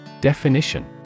Definition